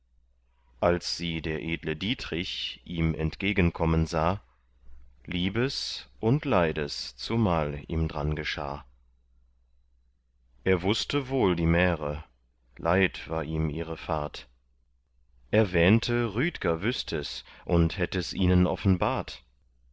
als sie der edle dietrich ihm entgegenkommen sah liebes und leides zumal ihm dran geschah er wußte wohl die märe leid war ihm ihre fahrt er wähnte rüdger wüßt es und hätt es ihnen offenbart